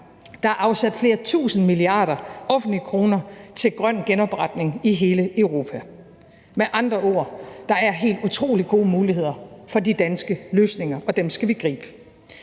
Der er afsat flere tusinde milliarder offentlige kroner til grøn genopretning i hele Europa. Med andre ord er der helt utrolig gode muligheder for de danske løsninger, og dem skal vi gribe.